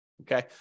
Okay